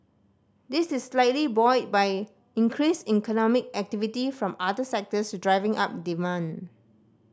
this is likely buoyed by increased economic activity from other sectors driving up demand